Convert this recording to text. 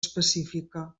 específica